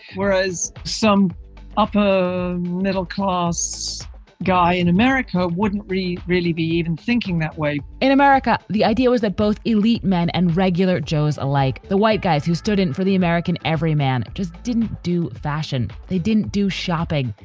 whereas some upper middle class guy in america wouldn't really, really be even thinking that way in america, the idea was that both elite men and regular joes like the white guys who stood in for the american, every man just didn't do fashion. they didn't do shopping.